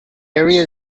area